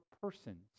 persons